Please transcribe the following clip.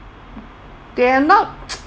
they are not